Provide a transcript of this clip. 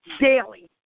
Daily